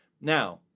Now